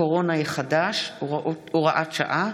הקורונה החדש (הוראת שעה),